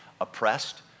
oppressed